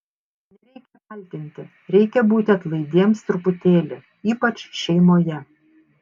nereikia kaltinti reikia būti atlaidiems truputėlį ypač šeimoje